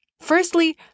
Firstly